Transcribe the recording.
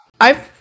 I've-